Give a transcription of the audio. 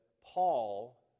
Paul